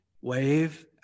Wave